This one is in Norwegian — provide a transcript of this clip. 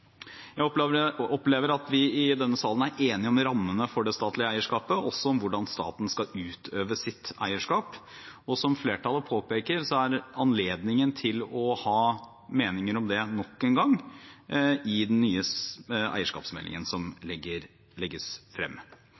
Jeg opplever at vi i denne salen er enige om rammene for det statlige eierskapet, også om hvordan staten skal utøve sitt eierskap. Og som flertallet påpeker, er det anledning til å ha meninger om det nok en gang i den nye eierskapsmeldingen som legges frem.